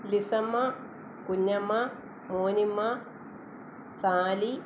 Lissamma Kunjamma Monimma Sally